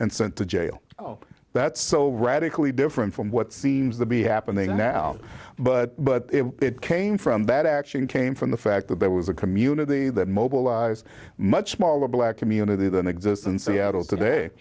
and sent to jail oh that's so radically different from what seems to be happening now but but it came from that actually came from the fact that there was a community that mobilized much smaller black community than exists and seattle today